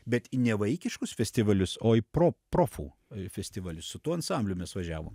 bet į nevaikiškus festivalius o į pro profų festivalius su tuo ansambliu mes važiavom